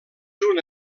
una